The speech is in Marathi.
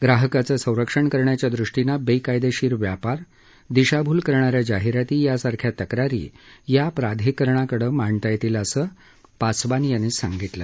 ग्राहकांचं संरक्षण करण्याच्या द्रष्टीनं बेकायदेशीर व्यापार दिशाभूल करणाऱ्या जाहिराती यांसारख्या तक्रारी या प्राधिकरणाकडे मांडता येतील असं पासवान यांनी सांगितलं